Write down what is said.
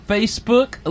Facebook